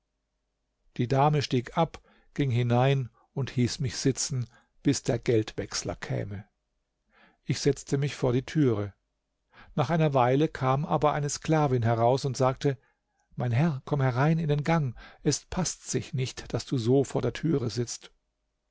die dame stieg ab ging hinein und hieß mich sitzen bis der geldwechsler käme ich setzte mich vor die türe nach einer weile kam aber eine sklavin heraus und sagte mein herr komm herein in den gang es paßt sich nicht daß du so vor der türe sitzt